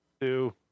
Two